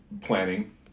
planning